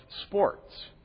sports